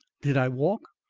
did i walk?